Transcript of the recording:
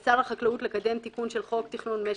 הישיבה.